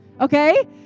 Okay